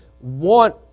want